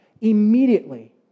Immediately